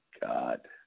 God